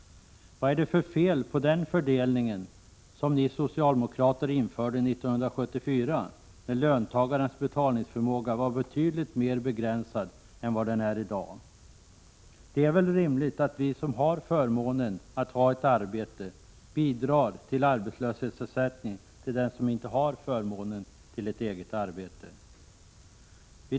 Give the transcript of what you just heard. Vad är det för fel på den fördelningen, som ni socialdemokrater införde 1974, när löntagarnas betalningsförmåga var betydligt mer begränsad än den är i dag? Det är väl rimligt att vi som har förmånen att ha ett arbete bidrar till arbetslöshetsersättning åt dem som inte har förmånen att ha arbete.